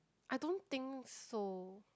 I don't think so